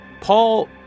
Paul